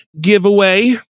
giveaway